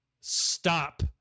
Stop